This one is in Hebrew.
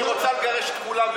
והיא רוצה לגרש את כולם,